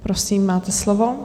Prosím, máte slovo.